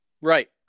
Right